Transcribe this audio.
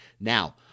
Now